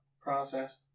process